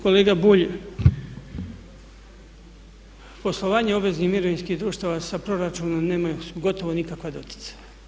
Kolega Bulj, poslovanje obveznih mirovinskih društava sa proračunom nemaju gotovo nikakva doticaja.